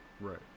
Right